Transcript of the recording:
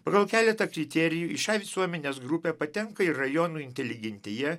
pagal keletą kriterijų į šią visuomenės grupę patenka ir rajonų inteligentija